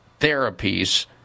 therapies